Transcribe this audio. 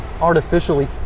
artificially